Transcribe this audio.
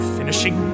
Finishing